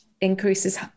increases